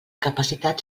capacitat